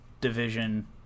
division